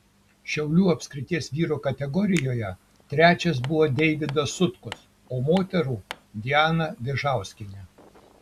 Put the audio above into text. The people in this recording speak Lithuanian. šiaulių apskrities vyrų kategorijoje trečias buvo deivydas sutkus o moterų diana vėžauskienė